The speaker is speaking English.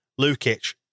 Lukic